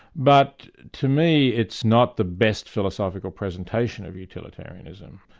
but to me, it's not the best philosophical presentation of utilitarianism.